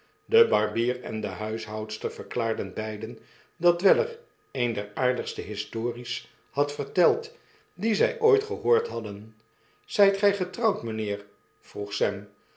de barbier en de huishoudster verklaarden beiden dat weller een der aardigste histories had verteld die zy ooit gehoord hadden zyt gjj getrouwd mynheer vroeg sam